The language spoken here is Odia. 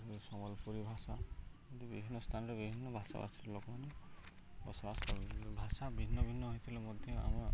ସମ୍ବଲପୁରୀ ଭାଷା ଏମିତି ବିଭିନ୍ନ ସ୍ଥାନରେ ବିଭିନ୍ନ ଭାଷାଭାଷୀ ଲୋକମାନେ ବସବାସ କରନ୍ତି ଭାଷା ଭିନ୍ନ ଭିନ୍ନ ହୋଇଥିଲେ ମଧ୍ୟ ଆମେ